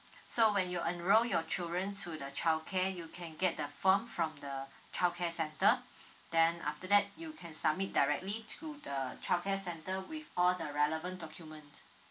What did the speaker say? so when you enrol your children to the childcare you can get the form from the childcare centre then after that you can submit directly to the childcare centre with all the relevant document